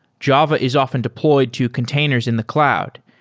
java is often deployed to containers in the cloud.